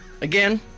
again